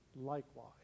likewise